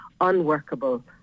unworkable